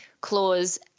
clause